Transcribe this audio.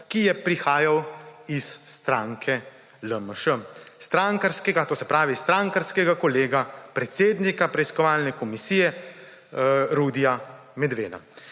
ki je prihajal iz stranke LMŠ, to se pravi strankarskega kolega predsednika preiskovalne komisije Rudija Medveda.